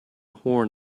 horn